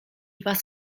was